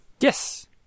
yes